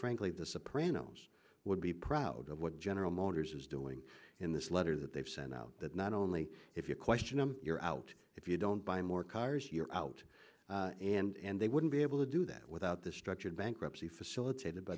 frankly the sopranos would be proud of what general motors is doing in this letter that they've sent out that not only if you question them you're out if you don't buy more cars you're out and they wouldn't be able to do that without the structured bankruptcy facilitated by